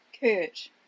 Kurt